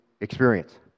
experience